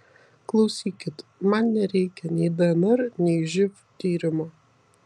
klausykit man nereikia nei dnr nei živ tyrimo